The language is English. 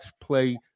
play